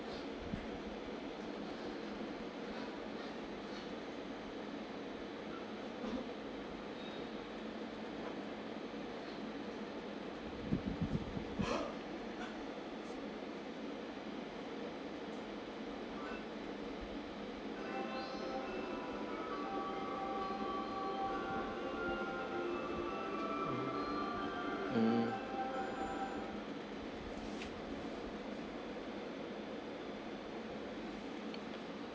mm